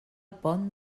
pont